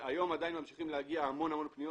היום עדיין ממשיכות להגיע המון המון פניות